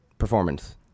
performance